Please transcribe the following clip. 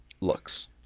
looks